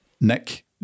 Nick